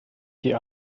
die